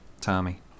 Tommy